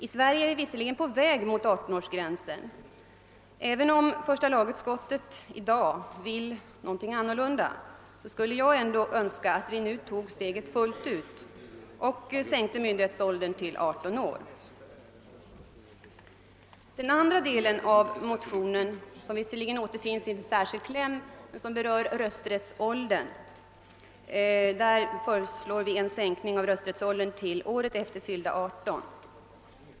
I Sverige är vi visserligen på väg mot 18-årsgränsen, även om första lagutskottet i dag uttalar sig något annorlunda, men jag skulle ändå önska att vi nu tog steget fullt ut och sänkte myndighetsåldern till 18 år. I den andra delen av motionen, som visserligen återfinns i en särskild kläm och som berör rösträttsåldern, föreslår vi en sänkning av rösträttsåldern till året efter fyllda 18 år.